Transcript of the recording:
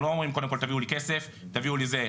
הם לא אומרים קודם כל תביאו לי כסף תביאו לי זה,